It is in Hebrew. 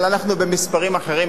אבל אנחנו במספרים אחרים,